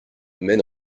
mais